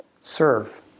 Serve